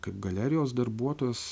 kaip galerijos darbuotojas